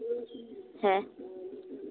ᱦᱮᱸ